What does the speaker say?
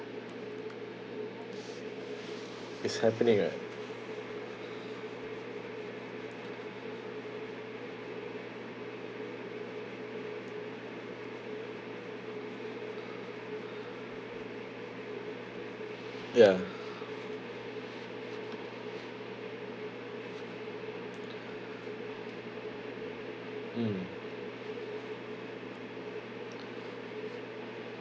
it's happening what ya mm